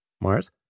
Mars